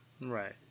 Right